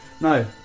No